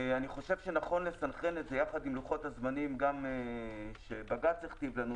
אני חושב שנכון לסנכרן את זה יחד עם לוחות הזמנים גם שבג"ץ הכתיב לנו,